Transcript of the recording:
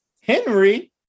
Henry